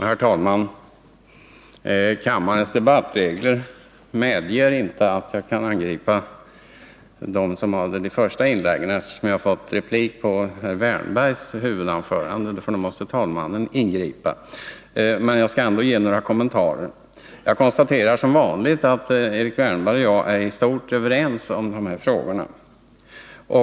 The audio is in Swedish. Herr talman! Kammarens debattregler medger inte att jag angriper dem som gjort de första inläggen, eftersom jag har fått replik på herr Wärnbergs huvudanförande, men jag skall ändå ge några kommentarer. Jag konstaterar som vanligt att Erik Wärnberg och jag är i stort överensi de här frågorna.